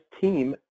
team